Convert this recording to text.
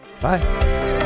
Bye